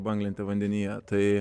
banglentė vandenyje tai